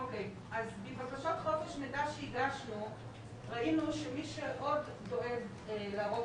מבקשות חופש מידע שהגשנו ראינו שמי שעוד דואג להרוג